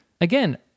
Again